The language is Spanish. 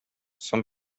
son